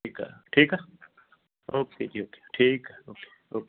ਠੀਕ ਆ ਠੀਕ ਆ ਓਕੇ ਜੀ ਓਕੇ ਠੀਕ ਓਕੇ ਓਕੇ